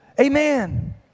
Amen